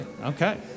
Okay